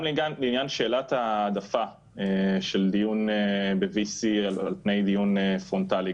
גם בעניין שאלת ההעדפה של דיון ב-VC על פני דיון פרונטלי,